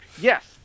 Yes